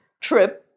trip